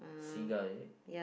seagull